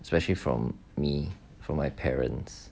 especially from me from my parents